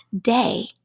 day